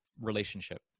relationship